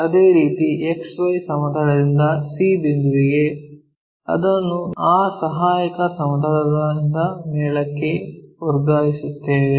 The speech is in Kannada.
ಅದೇ ರೀತಿ XY ಸಮತಲದಿಂದ c ಬಿಂದುವಿಗೆ ಅದನ್ನು ಆ ಸಹಾಯಕ ಸಮತಲದಿಂದ ಮೇಲಕ್ಕೆ ವರ್ಗಾಯಿಸುತ್ತೇವೆ